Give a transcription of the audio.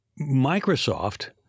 Microsoft